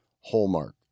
Hallmark